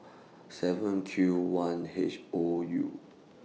seven Q one H O U